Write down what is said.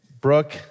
Brooke